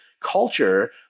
culture